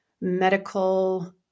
medical